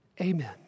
Amen